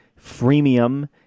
Freemium